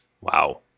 Wow